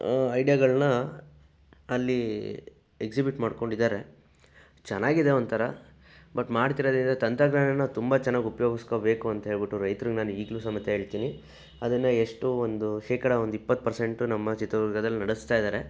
ಐಡಿಯಾಗಳನ್ನ ಅಲ್ಲಿ ಎಕ್ಸಿಬಿಟ್ ಮಾಡ್ಕೊಂಡಿದ್ದಾರೆ ಚೆನ್ನಾಗಿ ಇದೆ ಒಂಥರ ಬಟ್ ಮಾಡ್ತಿರೋದ್ರಿಂದ ತಂತ್ರಜ್ಞಾನನ ತುಂಬ ಚೆನ್ನಾಗಿ ಉಪಯೋಗಿಸ್ಕೊಬೇಕು ಅಂತ ಹೇಳ್ಬಿಟ್ಟು ರೈತರಿಗೆ ನಾನು ಈಗಲೂ ಸಮೇತ ಹೇಳ್ತೀನಿ ಅದನ್ನು ಎಷ್ಟೋ ಒಂದು ಶೇಕಡ ಒಂದು ಇಪ್ಪತ್ತು ಪರ್ಸೆಂಟು ನಮ್ಮ ಚಿತ್ರದುರ್ಗದಲ್ಲಿ ನಡೆಸ್ತಾಯಿದ್ದಾರೆ